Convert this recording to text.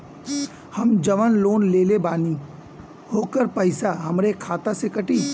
हम जवन लोन लेले बानी होकर पैसा हमरे खाते से कटी?